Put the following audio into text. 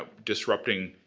ah disrupting